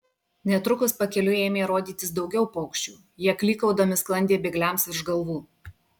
netrukus pakeliui ėmė rodytis daugiau paukščių jie klykaudami sklandė bėgliams virš galvų